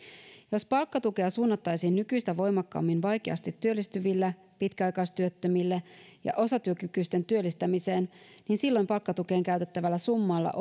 jos palkkatukea suunnattaisiin nykyistä voimakkaammin vaikeasti työllistyville pitkäaikaistyöttömille ja osatyökykyisten työllistämiseen niin silloin palkkatukeen käytettävällä summalla